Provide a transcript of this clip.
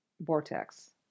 vortex